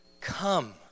come